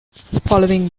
following